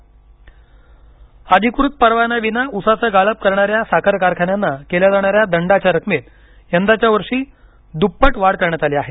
साखर दंड अधिकृत परवान्याविना उसाचं गाळप करणाऱ्या साखर कारखान्यांना केल्या जाणाऱ्या दंडाच्या रकमेत यंदाच्या वर्षी दुप्पट वाढ करण्यात आली आहे